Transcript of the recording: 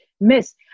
miss